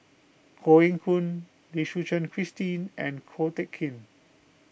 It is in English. Koh Eng Hoon Lim Suchen Christine and Ko Teck Kin